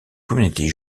communautés